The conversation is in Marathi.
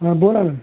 हां बोला ना